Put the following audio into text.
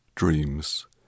Dreams